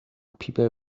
people